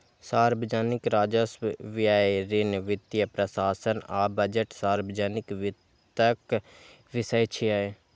सार्वजनिक राजस्व, व्यय, ऋण, वित्तीय प्रशासन आ बजट सार्वजनिक वित्तक विषय छियै